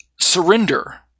surrender